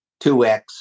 2X